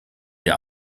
der